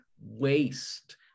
waste